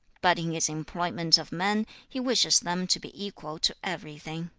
but in his employment of men, he wishes them to be equal to everything